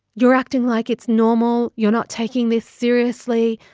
you're acting like it's normal. you're not taking this seriously.